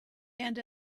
and